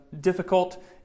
difficult